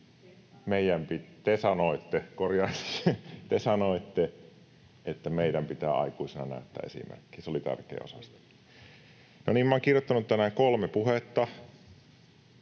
te sanoitte, että meidän pitää aikuisena näyttää esimerkkiä. Se oli tärkeä osa sitä. No niin, minä olen kirjoittanut tänään kolme puhetta,